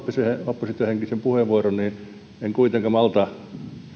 oppositiohenkisen puheenvuoron niin en kuitenkaan malta